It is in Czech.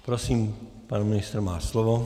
Prosím, pan ministr má slovo.